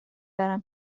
برم